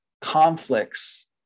conflicts